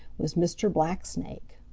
was mr. blacksnake.